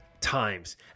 times